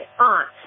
aunt